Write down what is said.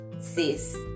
sis